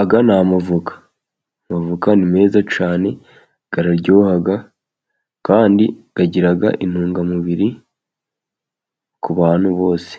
Aya n'amavoka, amavoka ni meza cyane araryoha, kandi agira intungamubiri ku bantu bose